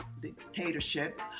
dictatorship